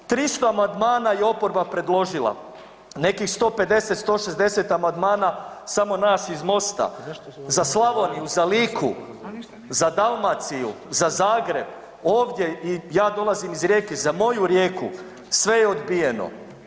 300 amandmana je oporba predložila, nekih 150, 160 amandmana samo nas iz MOST-a za Slavoniju, za Liku, za Dalmaciju, za Zagreb, ovdje ja dolazim iz Rijeke, za moju Rijeku, sve je odbijeno.